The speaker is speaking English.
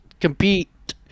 compete